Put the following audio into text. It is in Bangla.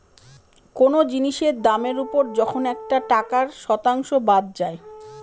কোনো জিনিসের দামের ওপর যখন একটা টাকার শতাংশ বাদ যায়